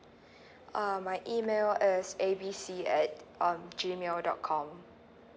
um my email is A B C at um G mail dot com